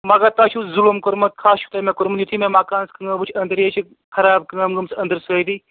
مگر تۅہہِ چھُو ظُلُم کوٚرمُت کھش چھُو تۅہہِ مےٚ کوٚرمُت یِتھُے مےٚ مکانَس کٲم وُچھ أنٛدرۍ یہِ چھُ خراب کٲم گٲمٕژ أنٛدرٕ سٲرٕے